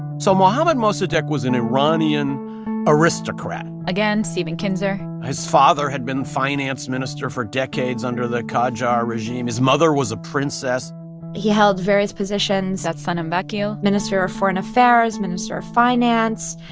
so mohammad mossadegh was an iranian aristocrat again, stephen kinzer his father had been finance minister for decades under the qajar regime. his mother was a princess he held various positions that's sanam vakil minister of foreign affairs, minister of finance,